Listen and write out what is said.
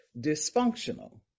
dysfunctional